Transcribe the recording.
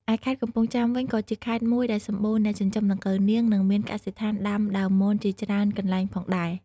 ឯខេត្តកំពង់ចាមវិញ ក៏ជាខេត្តមួយដែលសម្បូរអ្នកចិញ្ចឹមដង្កូវនាង និងមានកសិដ្ឋានដាំដើមមនជាច្រើនកន្លែងផងដែរ។